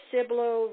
Siblo